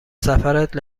سفرت